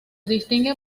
distingue